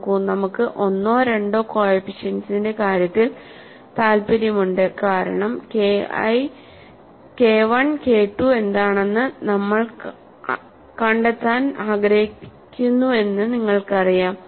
നോക്കൂ നമുക്ക് ഒന്നോ രണ്ടോ കോഎഫിഷ്യന്റ്സിന്റെ കാര്യത്തിൽ താൽപ്പര്യമുണ്ട് കാരണം KI KII എന്താണെന്ന് കണ്ടെത്താൻ നമ്മൾ ആഗ്രഹിക്കുന്നുവെന്ന് നിങ്ങൾക്കറിയാം